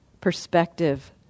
perspective